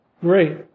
great